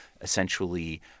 essentially